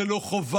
זו לא חובה,